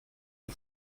nur